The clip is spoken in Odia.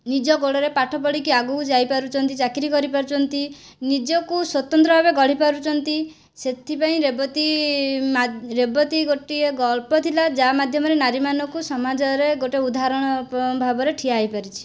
ନିଜ ଗୋଡ଼ରେ ପାଠ ପଢ଼ିକି ଆଗକୁ ଯାଇପାରୁଛନ୍ତି ଚାକିରି କରିପାରୁଛନ୍ତି ନିଜକୁ ସ୍ୱତନ୍ତ୍ର ଭାବେ ଗଢ଼ିପାରୁଛନ୍ତି ସେଥିପାଇଁ ରେବତୀ ରେବତୀ ଗୋଟିଏ ଗଳ୍ପ ଥିଲା ଯାହା ମାଧ୍ୟମରେ ନାରୀମାନଙ୍କୁ ସମାଜରେ ଗୋଟିଏ ଉଦାହରଣ ଭାବରେ ଠିଆ ହୋଇପାରିଛି